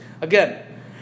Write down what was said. Again